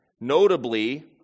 Notably